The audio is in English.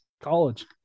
college